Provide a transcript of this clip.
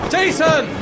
Jason